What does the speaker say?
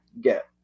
get